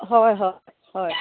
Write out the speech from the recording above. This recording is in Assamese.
হয় হয় হয়